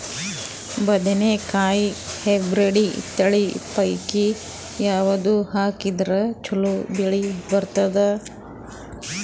ಬದನೆಕಾಯಿ ಹೈಬ್ರಿಡ್ ತಳಿ ಪೈಕಿ ಯಾವದು ಹಾಕಿದರ ಚಲೋ ಬೆಳಿ ಬರತದ?